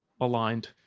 Aligned